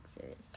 serious